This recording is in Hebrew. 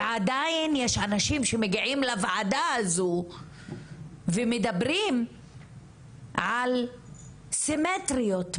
ועדיין יש אנשים שמגיעים לוועדה הזו ומדברים על סימטריות באלימות,